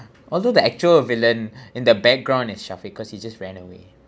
although the actual villain in the background is shafiq cause he just ran away